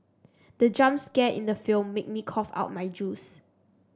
the jump scare in the film made me cough out my juice